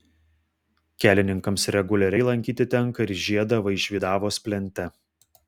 kelininkams reguliariai lankyti tenka ir žiedą vaišvydavos plente